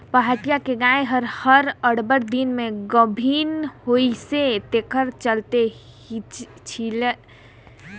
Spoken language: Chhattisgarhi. पहाटिया के गाय हर अब्बड़ दिन में गाभिन होइसे तेखर चलते छिहिल छिहिल दिखत हे